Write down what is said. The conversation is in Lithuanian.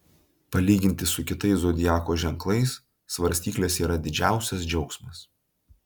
palyginti su kitais zodiako ženklais svarstyklės yra didžiausias džiaugsmas